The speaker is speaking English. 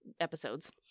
episodes